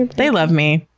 they love me.